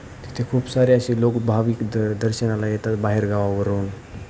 तिथे खूप सारे असे लोक भाविक द दर्शनाला येतात बाहेरगावावरून